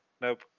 Nope